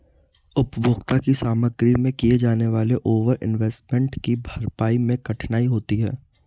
उपभोग की सामग्री में किए जाने वाले ओवर इन्वेस्टमेंट की भरपाई मैं कठिनाई होती है